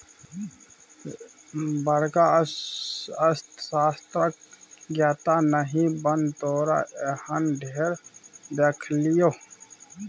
बड़का अर्थशास्त्रक ज्ञाता नहि बन तोरा एहन ढेर देखलियौ